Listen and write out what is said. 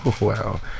Wow